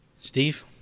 Steve